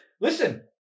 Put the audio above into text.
listen